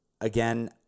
again